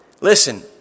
Listen